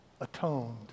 atoned